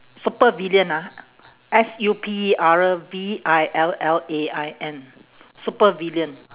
supervillain ah S U P E R V I L L A I N supervillain